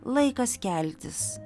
laikas keltis